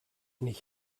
nicht